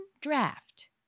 draft